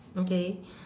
okay